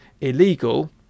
illegal